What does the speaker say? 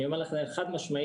אני אומר לכם חד משמעית,